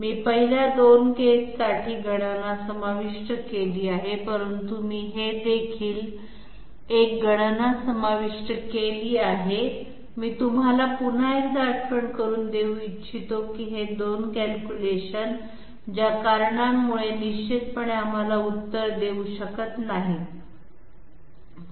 मी पहिल्या 2 केससाठी गणना समाविष्ट केली आहे परंतु मी हे देखील एक गणनासमाविष्ट केले आहे मी तुम्हाला पुन्हा एकदा आठवण करून देऊ इच्छितो की हे 2 कॅल्क्युलेशन ज्या कारणांमुळे निश्चितपणे आम्हाला उत्तर देऊ शकत नाहीत